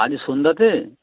আজ সন্ধ্যাতে